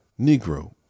Negro